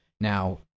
Now